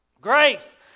Grace